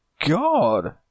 God